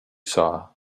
saw